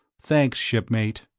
thanks, shipmate.